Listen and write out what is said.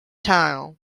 town